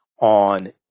on